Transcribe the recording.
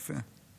יפה,